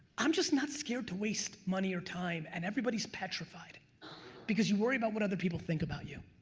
i'm just not scared to waste money or time and everybody's petrified because you worry about what other people think about you.